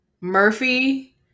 Murphy